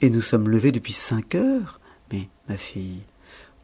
et nous sommes levées depuis cinq heures mais ma fille